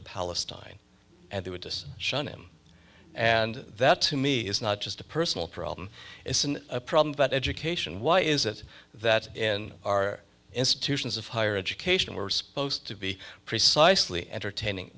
word palestine and they would just shut him up and that to me is not just a personal problem isn't a problem but education why is it that in our institutions of higher education we're supposed to be precisely entertaining